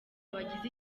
bagize